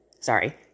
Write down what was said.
sorry